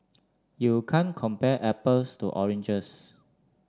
you can't compare apples to oranges